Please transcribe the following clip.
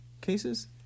cases